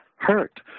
hurt